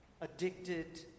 addicted